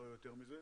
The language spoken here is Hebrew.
לא יותר מזה,